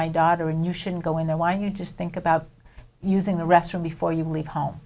my daughter when you shouldn't go in there why you just think about using the restroom before you leave home